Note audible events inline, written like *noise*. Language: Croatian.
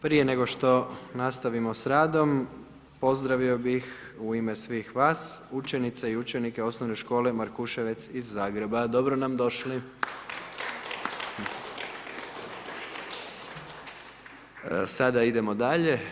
Prije nego što nastavimo s radom, pozdravio bih u ime svih vas, učenice i učenike Osnovne škole Markuševec iz Zagreba, dobro nam došli. … *applause* Sada idemo dalje.